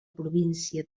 província